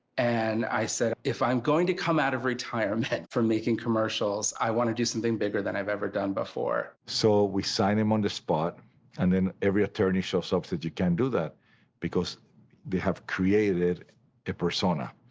and i said if i'm going to come out of retirement for making commercials, i want to do something bigger than i've ever done before. so we sign him on the spot and then every attorney shows up you can't do that because they have created a persona.